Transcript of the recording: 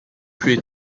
plus